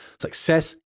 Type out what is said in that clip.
success